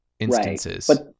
instances